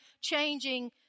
changing